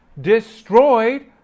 destroyed